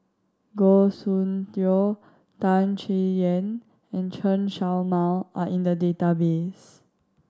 Goh Soon Tioe Tan Chay Yan and Chen Show Mao are in the database